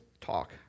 talk